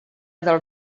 del